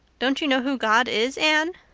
don't you know who god is, anne?